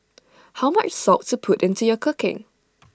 how much salt to put into your cooking